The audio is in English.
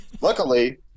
Luckily